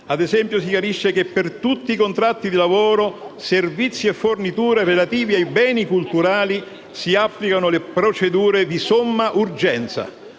Ad esempio, si chiarisce che, per tutti i contratti di lavoro, servizi e forniture relativi ai beni culturali, si applicano le procedure di somma urgenza.